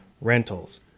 rentals